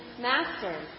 Master